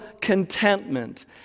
contentment